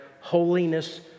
holiness